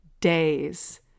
days